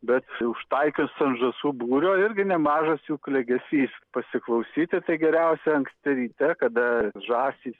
bet užtaikius ant žąsų būrio irgi nemažas jų klegesys pasiklausyti tai geriausia anksti ryte kada žąsys